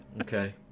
Okay